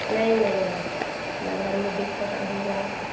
नहीं नहीं ना घर में दिक़्क़त रहेगी